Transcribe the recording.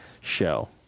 show